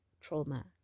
trauma